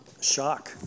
shock